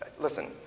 Listen